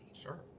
Sure